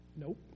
Nope